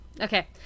Okay